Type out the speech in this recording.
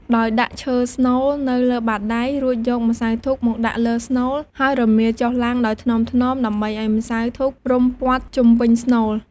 ដោយដាក់ឈើស្នូលនៅលើបាតដៃ រួចយកម្សៅធូបមកដាក់លើស្នូល ហើយរមៀលចុះឡើងដោយថ្នមៗដើម្បីឱ្យម្សៅធូបរុំព័ទ្ធជុំវិញស្នូល។